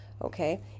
Okay